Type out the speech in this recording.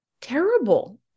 terrible